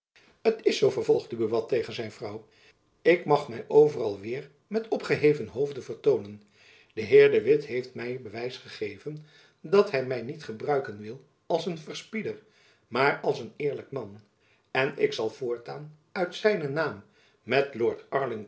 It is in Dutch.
het is zoo vervolgde buat tegen zijn vrouw ik mag my overal weêr met opgeheven hoofde vertoonen de heer de witt heeft my bewijs gegeven dat hy my niet gebruiken wil als een verspieder maar als een eerlijk man en ik zal voortaan uit zijnen naam met lord